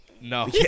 No